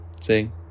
sing